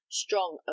strong